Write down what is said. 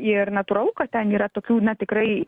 ir natūralu kad ten yra tokių na tikrai